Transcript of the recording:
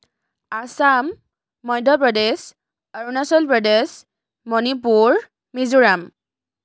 Assam Madhya Pradesh Arunachal Pradesh Manipur Mizoram